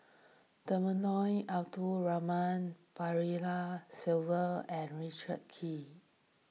Temenggong Abdul Rahman Balaji and Richard Kee